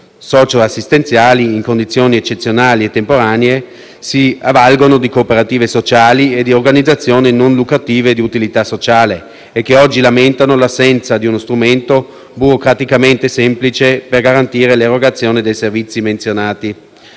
socio-assistenziali in condizioni eccezionali e temporanee si avvalgono di cooperative sociali e di organizzazioni non lucrative di utilità sociale e che oggi lamentano l'assenza di uno strumento burocraticamente semplice per garantire l'erogazione dei servizi menzionati.